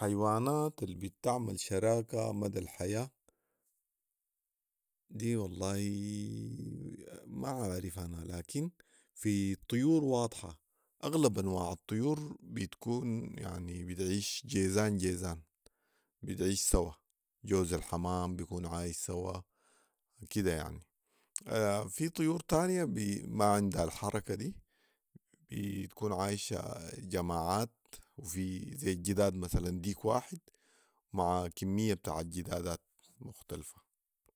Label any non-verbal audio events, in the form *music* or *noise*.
الحيوانات البتعمل شراكه مدي الحياه دي والله *hesitation* ما عارف انا لكن في الطيور واضحه اغلب انواع الطيور بتكون يعني بتعيش جيزان جيزان بتعيش سوي ، جوز الحمام بيكون عايش سوي كده يعني *hesitation* في طيور تانيه ب- *hesitation* ما عندها الحركه دي بتكون عايشه جماعات وفي ذي الجداد مثلا ديك واحد مع كميه جدادات مختلفه